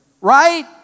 right